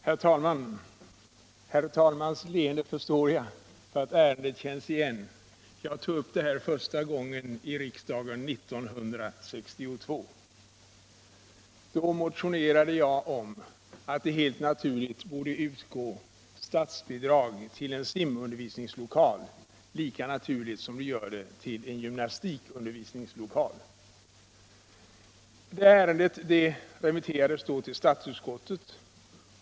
Herr talman! Av herr talmannens leende förstår jag att ärendet känns igen. Jag tog upp det i riksdagen första gången 1962. Då motionerade vi om att det helt naturligt borde utgå statsbidrag till en simundervisningslokal — lika naturligt som till en gymnastikundervisningslokal. Ärendet remitterades till statsutskottet.